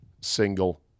single